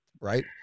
Right